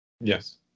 Yes